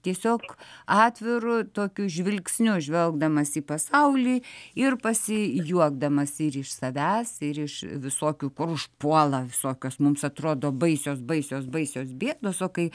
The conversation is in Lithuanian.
tiesiog atviru tokiu žvilgsniu žvelgdamas į pasaulį ir pasijuokdamas ir iš savęs ir iš visokių kur užpuola visokios mums atrodo baisios baisios baisios bėdos o kai